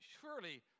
Surely